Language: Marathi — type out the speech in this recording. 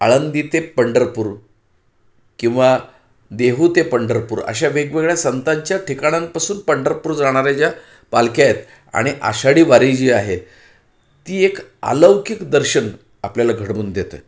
आळंदी ते पंढरपूर किंवा देहू ते पंढरपूर अशा वेगवेगळ्या संतांच्या ठिकाणांपासून पंढरपूर जाणाऱ्या ज्या पालख्या आहेत आणि आषाढी वारी जी आहे ती एक अलौकिक दर्शन आपल्याला घडवून देतंय